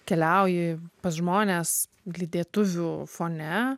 keliauji pas žmones lydėtuvių fone